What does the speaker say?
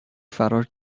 فرار